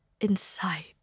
inside